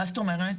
מה זאת אומרת?